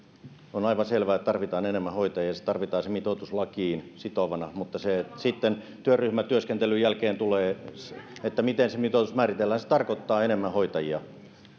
on aivan selvää että tarvitaan enemmän hoitajia ja tarvitaan se mitoitus lakiin sitovana mutta sitten työryhmätyöskentelyn jälkeen tulee että miten se mitoitus määritellään se tarkoittaa enemmän hoitajia